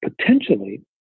potentially